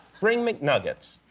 bring mcnuggets.